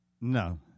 No